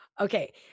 Okay